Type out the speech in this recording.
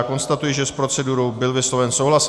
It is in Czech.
Konstatuji, že s procedurou byl vysloven souhlas.